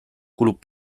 kulub